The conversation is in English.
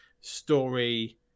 story